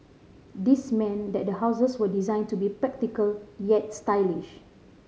this meant that the houses were designed to be practical yet stylish